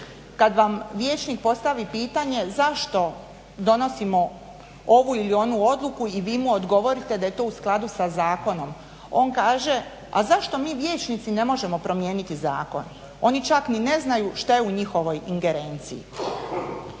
kad vam vijećnik postavi pitanje zašto donosimo ovu ili onu odluku, i vi mu odgovorite da je to u skladu sa zakonom, on kaže a zašto mi vijećnici ne možemo promijeniti zakon, oni čak ni ne znaju šta je u njihovoj ingerenciji.